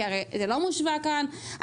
כי זה לא מושווה כאן.